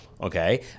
okay